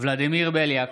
ולדימיר בליאק,